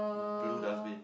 blue dustbin